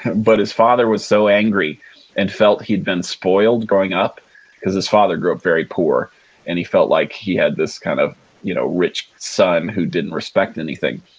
but his father was so angry and felt he had been spoiled growing up cause his father grew up very poor and he felt like he has this kind of you know rich son who didn't respect anything.